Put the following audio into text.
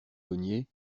veniez